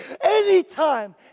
anytime